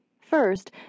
First